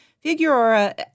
Figueroa